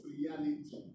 reality